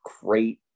great